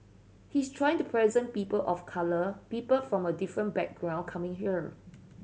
he's trying to present people of colour people from a different background coming here